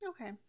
Okay